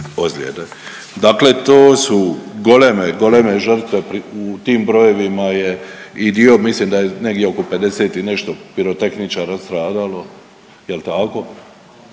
Dakle, to su goleme, goleme žrtve u tim brojevima je i dio mislim da je negdje oko 50 i nešto pirotehničara stradalo jel tako?